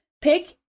pick